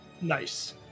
Nice